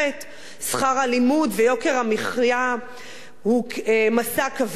שכר הלימוד ויוקר המחיה הם משא כבד מנשוא.